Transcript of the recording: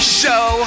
show